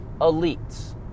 elites